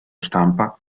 stampa